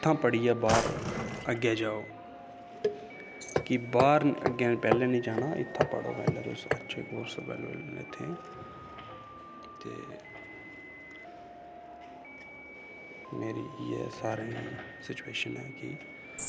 ते इत्थां पढ़ियै बाह्र जाओ कि बाह्र पैह्लैं नी जाना इत्थां दा पढ़ो पैह्लैं अच्छे कोर्स करो ते मेरी सारें गी इयां सिचुएशन ऐ कि